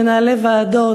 מנהלי ועדות,